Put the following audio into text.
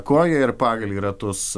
koją ir pagalį į ratus